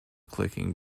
clicking